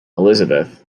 elizabeth